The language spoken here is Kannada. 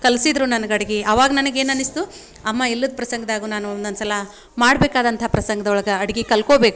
ಕಲಿಸಿದ್ರು ನನ್ಗೆ ಅಡ್ಗೆ ಆವಾಗ ನನಗೆ ಏನು ಅನ್ನಿಸಿತು ಅಮ್ಮ ಇಲ್ಲದ ಪ್ರಸಂಗದಾಗೂ ನಾನು ಒಂದೊಂದು ಸಲ ಮಾಡಬೇಕಾದಂಥ ಪ್ರಸಂಗ್ದೊಳಗೆ ಅಡ್ಗೆ ಕಲ್ತ್ಕೊಳ್ಬೇಕು